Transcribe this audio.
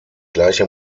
gleiche